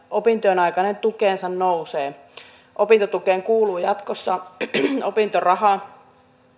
opintojen aikainen tuki nousee opintotukeen kuuluu jatkossa opintoraha